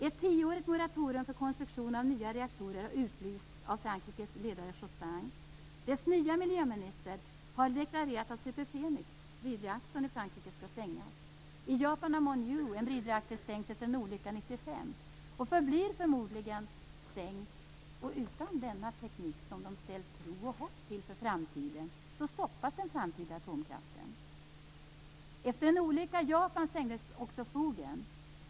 Ett tioårigt moratorium för konstruktion av nya reaktorer har utlysts av Frankrikes ledare Jospin. Frankrikes nya miljöminister har deklarerat att Superfenix, en breedreaktor, i Frankrike skall stängas. I Japan har Monju, en breedreaktor, stängts efter en olycka 1995 och förblir förmodligen stängd, och utan denna teknik som man ställt tro och hopp till inför framtiden stoppas den framtida atomkraften. Efter en annan olycka i Japan stängdes också Fugen.